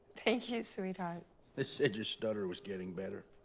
thank you sweetheart. they said your stutter was getting better!